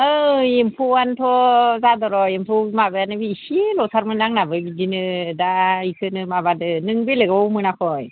ओइ एम्फौआनोथ' जादों र' एम्फौ माबायानो एसेल'थारमोन आंनाबो बिदिनो दा बेखौनो माबादो नों बेलेगआव मोनाखै